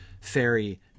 fairy